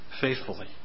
faithfully